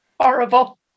Horrible